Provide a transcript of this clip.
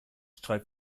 schreit